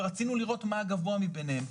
ורצינו לראות מה הגבוה ביניהם.